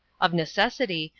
of necessity,